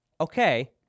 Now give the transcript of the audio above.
Okay